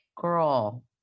girl